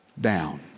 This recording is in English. down